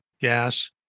gas